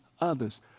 others